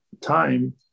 time